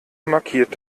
markiert